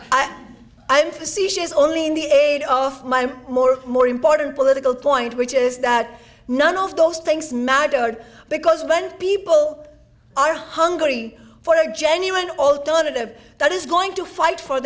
you i'm facetious only in the aid of my more more important political point which is that none of those things mattered because when people are hungry for a genuine alternative that is going to fight for